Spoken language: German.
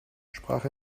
sprach